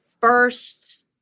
first